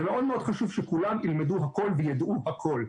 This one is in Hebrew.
זה מאוד חשוב שכולם ילמדו הכול ויידעו הכול.